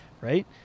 right